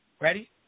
Ready